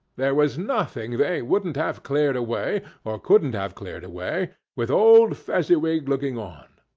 there was nothing they wouldn't have cleared away, or couldn't have cleared away, with old fezziwig looking on.